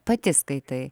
pati skaitai